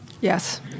Yes